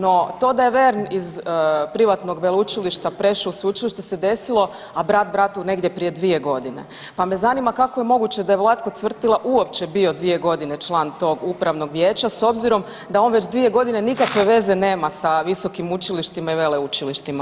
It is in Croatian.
No, to da je VERN iz privatnog veleučilišta prešao u sveučilište se desilo a brat bratu negdje prije 2 godine, pa me zanima kako je moguće da je Vlatko Cvrtila uopće bio 2 godine član tog upravnog vijeća s obzirom da on već 2 godine nikakve veze nema sa visokim učilištima i veleučilištima.